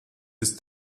ist